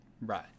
Right